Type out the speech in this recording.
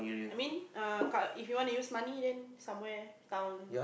I mean err crowd if you wanna use money then somewhere town